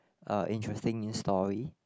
uh interesting in story